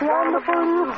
Wonderful